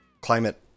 climate